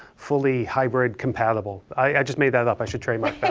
fully hybrid compatible. i just made that up, i should trademark that.